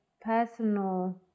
personal